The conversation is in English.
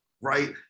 right